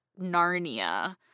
Narnia